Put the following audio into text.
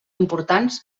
importants